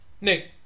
Nick